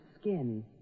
skin